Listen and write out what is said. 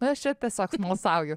nu aš čia tiesiog smalsauju